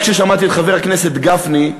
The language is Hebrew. רק כששמעתי את חבר הכנסת גפני,